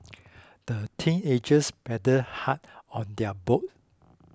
the teenagers paddled hard on their boat